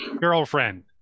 Girlfriend